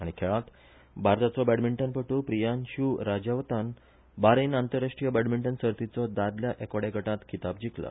आनी खेळांत भारताचो बॅडमिंटन पटू प्रियांशू राजावतान बारेन आंतरराष्ट्रीय बॅडमिंटन सर्तीचो दादल्या एकोडया गटात खिताब जिखला